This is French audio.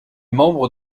membre